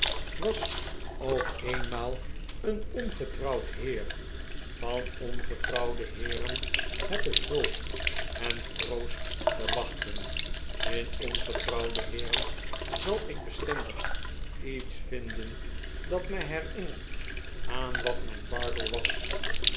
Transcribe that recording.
was ook eenmaal een ongetrouwd li de pickwick club heer van ongetrouwde heeren heb ik hulp en troost te wachten in ongetrouwde heeren zal ik bestendig iets vinden dat mij herinnert aan wat mijn bardell was